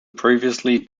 previously